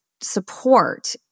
support